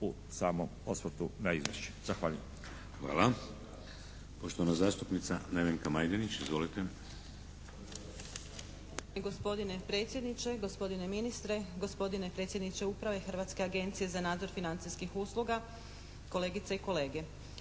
u samom osvrtu na izvješće. Zahvaljujem. **Šeks, Vladimir (HDZ)** Hvala. Poštovana zastupnica Nevenka Majdenić. Izvolite. **Majdenić, Nevenka (HDZ)** Gospodine predsjedniče, gospodine ministre, gospodine predsjedniče Uprave Hrvatske agencije za nadzor financijskih usluga, kolegice i kolege.